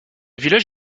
village